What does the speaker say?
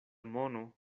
mono